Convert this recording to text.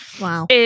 Wow